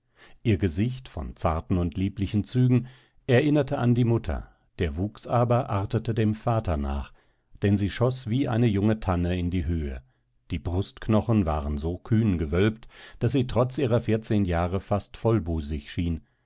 ihr gesicht von zarten und lieblichen zügen erinnerte an die mutter der wuchs aber artete dem vater nach denn sie schoß wie eine junge tanne in die höhe die brustknochen waren so kühn gewölbt daß sie trotz ihrer vierzehn jahre fast vollbusig schien